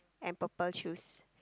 and purple shoes